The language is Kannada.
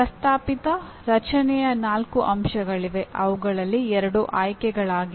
ಪ್ರಸ್ತಾವಿತ ರಚನೆಯ ನಾಲ್ಕು ಅಂಶಗಳಿವೆ ಅವುಗಳಲ್ಲಿ ಎರಡು ಆಯ್ಕೆಗಳಾಗಿವೆ